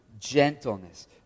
gentleness